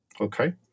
Okay